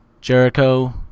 Jericho